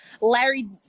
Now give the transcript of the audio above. Larry